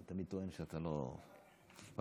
אתה תמיד טוען שאתה לא, בבקשה,